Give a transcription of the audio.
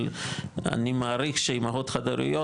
אבל אני מעריך שאימהות חד-הוריות,